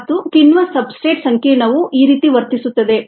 ಮತ್ತು ಕಿಣ್ವ ಸಬ್ಸ್ಟ್ರೇಟ್ ಸಂಕೀರ್ಣವು ಈ ರೀತಿ ವರ್ತಿಸುತ್ತದೆ